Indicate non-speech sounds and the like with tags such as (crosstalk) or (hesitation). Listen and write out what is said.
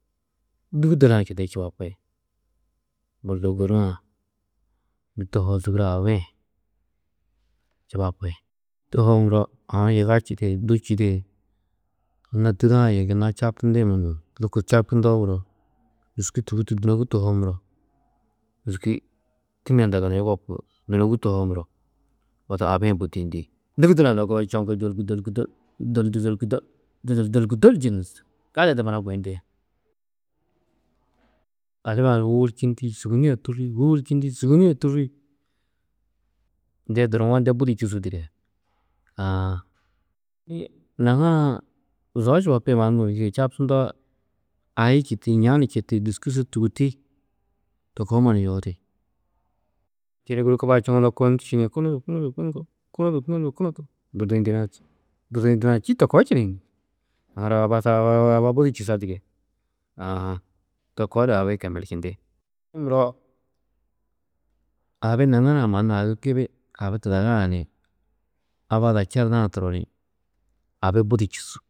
Dûgudal-ã čindĩ čubapi, Bordo gôru-ã (unintelligible) tohoo, Zûgura abi-ĩ hi, čubapi. Mbî tohoo muro aũ yiga čîde yê du čîde yê anna Tûda-ã yê gunna čabtindĩ munum, lôko čabtundoo muro dûski tûgutu dûnogi tohoo muro dûski tînne hundɑ͂ gunna yugopu, dûnogi tohoo muro odu abi-ĩ bôdiyindi, dîgidal-ã a koo di čoŋgi, dôrgu, dôrgu, dô, dòrgu, dôdor, dôrgu dô (unintelligible) gali di dubana guyindi, adiba-ã ni wûwurčindi, sûgini a tûrri, wûwurčindi, sûgini a tûrri, de duruwo, de budi čûsu dige aã. (noise) naŋara-ã zo čubapîe mannu gunú dige čabtundoo ai čîti, ña ni čiti, dûski su tûguti, to koo mannu yohidi. Čêne guru kubaa čoŋudo koo ndû čini: kûnugo, kûnugo, kûnugo, kûnugo, kûnugo, kunut, durdi-ĩ dîne-ã čî, durdi-ĩ dîne-ã čî to koo čini, (unintelligible) aba budi čûsa dige, aã to koo di abi-ĩ kemelčindi, (hesitation) abi naŋara-ã mannu abi gibi abi tudagaa ni aba ada čerda-ã turo ni abi budi čûsu.